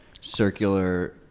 circular